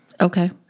Okay